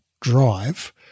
drive